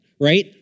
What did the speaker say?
right